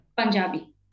Punjabi